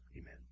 amen